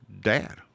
dad